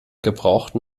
gebrauchten